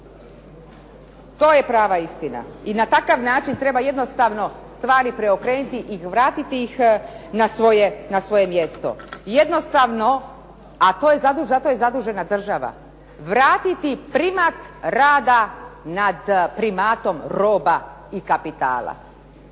To je prava istina i na takav način treba jednostavno preokrenuti i vratiti ih na svoje mjesto. Jednostavno, a tko je zadužen, za to je zadužena država. Vratiti primat rada nad primatom roba i kapitala.